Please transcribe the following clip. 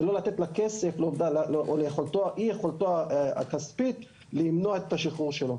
ולא לתת לכסף או לאי יכולתו הכספית למנוע את השחרור שלו.